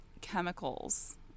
chemicals